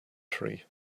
tree